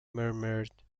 murmured